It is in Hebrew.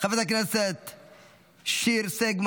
חבר הכנסת טאהא,